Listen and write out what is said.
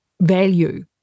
value